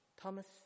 Thomas